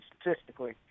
statistically